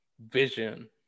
vision